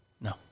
No